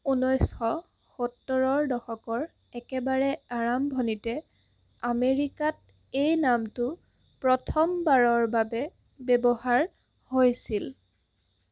ঊনৈছশ সত্তৰৰ দশকৰ একেবাৰে আৰম্ভণিতে আমেৰিকাত এই নামটো প্ৰথমবাৰৰ বাবে ব্যৱহাৰ হৈছিল